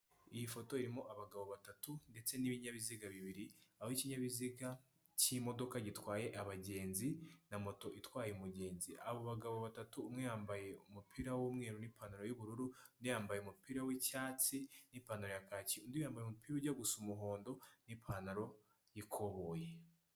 Iyi foto irimo abagabo batatu ndetse n'ibinyabiziga bibiri, aho ikinyabiziga cy'imodoka gitwaye abagenzi na moto itwaye umugenzi, abo bagabo batatu umwe yambaye umupira w'umweru n'ipantaro y'ubururu, undi yambaye umupira w'icyatsi n'ipantaro ya kaki, undi yambaye umupira ujya gusa umuhondo n'ipantaro y'ikoboyi.